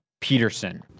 Peterson